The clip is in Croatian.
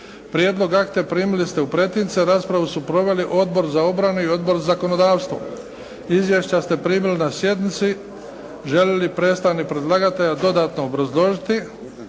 Prijedlog akta primili ste u pretince. Raspravu su proveli Odbor za obranu i Odbor za zakonodavstvo. Izvješća ste primili na sjednici. Želi li predstavnik predlagatelja dodatno obrazložiti